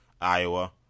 Iowa